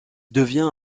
devient